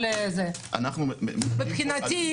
לא מחייבים הרב פרנק,